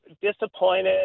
disappointed